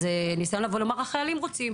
זהו ניסיון לבוא ולומר: "החיילים רוצים".